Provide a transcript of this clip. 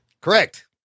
Correct